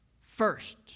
first